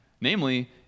namely